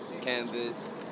Canvas